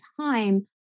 time